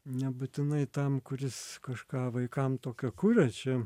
nebūtinai tam kuris kažką vaikam tokio kuria čia